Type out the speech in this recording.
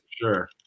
Sure